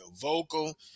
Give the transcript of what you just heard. vocal